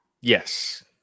Yes